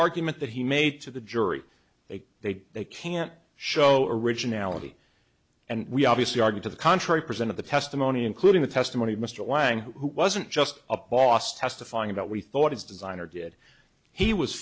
argument that he made to the jury they they they can't show originality and we obviously argue to the contrary present of the testimony including the testimony of mr lang who wasn't just up boss testifying about we thought his designer did he was